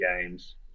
games